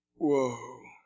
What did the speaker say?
whoa